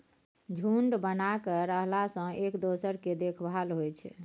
झूंड बना कय रहला सँ एक दोसर केर देखभाल होइ छै